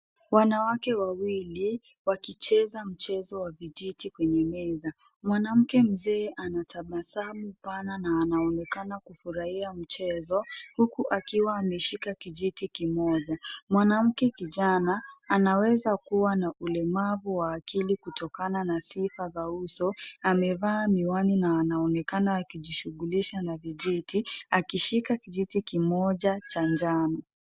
Wanawake wawili wakicheza mchezo wa vijiti kwenye meza. Mwanamke mzee anatabasamu pana na anaonekana kufurahia mchezo huku akiwa ameshika kijiti kimoja. Mwanamke kijana anaweza kuwa na ulemavu wa akili kutokana na sifa za uso. Amevaa miwani na anaonekana akijishughulisha na vijiti akishika kijiti kimoja cha njano.